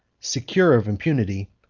secure of impunity,